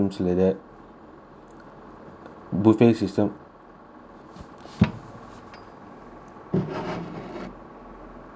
buffet system